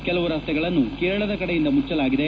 ಕೆಲವು ರಸ್ತೆಗಳನ್ನು ಕೇರಳದ ಕಡೆಯಿಂದ ಮುಚ್ಚಲಾಗಿದೆ